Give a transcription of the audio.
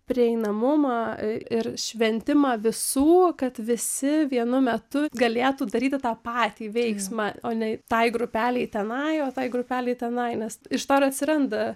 prieinamumą ir šventimą visų kad visi vienu metu galėtų daryti tą patį veiksmą o ne tai grupelei tenai o tai grupelei tenai nes iš to ir atsiranda